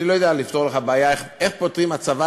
אני לא יודע לפתור לך בעיה איך פותרים בהצבת